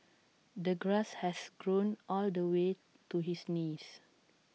the grass has grown all the way to his knees